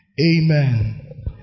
Amen